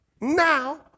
now